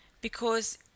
because